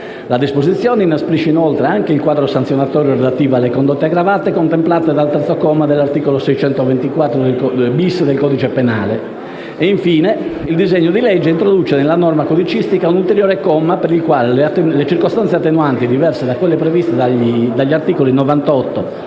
La disposizione inasprisce inoltre anche il quadro sanzionatorio relativo alle condotte aggravate, contemplate dal terzo comma dell'articolo 624-*bis* del codice penale. Infine, il disegno di legge introduce nella norma codicistica un ulteriore comma, per il quale le circostanze attenuanti, diverse da quelle previste dagli articoli 98